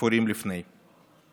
ספורים לפני כן.